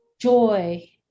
joy